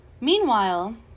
Meanwhile